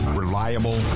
reliable